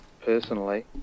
personally